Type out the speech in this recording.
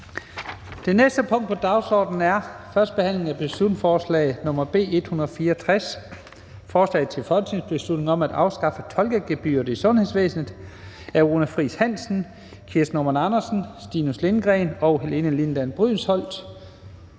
Det næste punkt på dagsordenen er: 14) 1. behandling af beslutningsforslag nr. B 164: Forslag til folketingsbeslutning om at afskaffe tolkegebyret i sundhedsvæsenet. Af Runa Friis Hansen (EL), Kirsten Normann Andersen (SF), Stinus Lindgreen (RV) og Helene Liliendahl Brydensholt